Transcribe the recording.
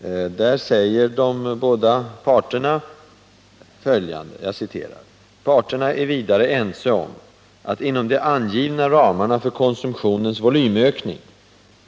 I överenskommelsen säger de båda parterna följande: ”Parterna är vidare ense om att inom de angivna ramarna för konsumtionens volymökning